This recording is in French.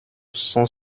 cent